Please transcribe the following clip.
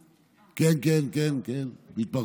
כן, כן, כן, התפרקות.